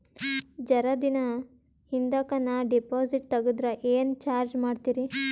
ಜರ ದಿನ ಹಿಂದಕ ನಾ ಡಿಪಾಜಿಟ್ ತಗದ್ರ ಏನ ಚಾರ್ಜ ಮಾಡ್ತೀರಿ?